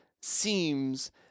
seems